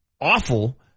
awful